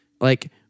like-